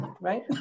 Right